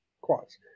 quads